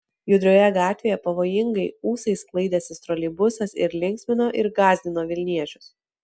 judrioje gatvėje pavojingai ūsais sklaidęsis troleibusas ir linksmino ir gąsdino vilniečius